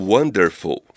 Wonderful